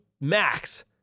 max